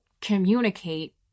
communicate